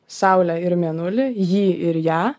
saulę ir mėnulį jį ir ją